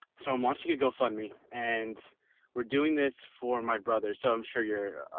so i'm watching a go fund me and we're doing this for my brother, so i'm sure you're,